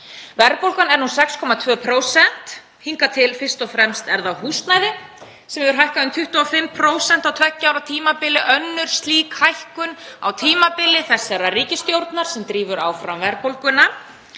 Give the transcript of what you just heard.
Verðbólgan er nú 6,2% og hingað til er það fyrst og fremst húsnæði sem hefur hækkað um 25% á tveggja ára tímabili; önnur slík hækkunin á tímabili þessarar ríkisstjórnar sem drífur áfram verðbólguna.